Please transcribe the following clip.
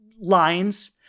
lines